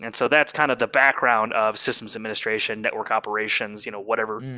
and so that's kind of the background of systems administration that work operations, you know whatever,